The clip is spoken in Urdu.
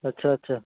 اچھا اچھا